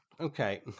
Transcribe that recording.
okay